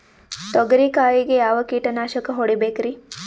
ತೊಗರಿ ಕಾಯಿಗೆ ಯಾವ ಕೀಟನಾಶಕ ಹೊಡಿಬೇಕರಿ?